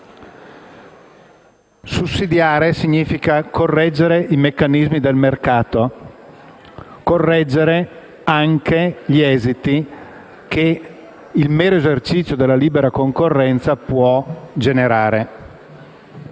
Sussidiare significa correggere i meccanismi del mercato e correggere anche gli esiti che il mero esercizio della libera concorrenza può generare.